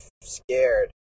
scared